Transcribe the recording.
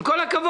עם כל הכבוד,